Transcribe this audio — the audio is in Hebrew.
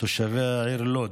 תושבי העיר לוד,